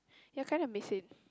ya kind of miss it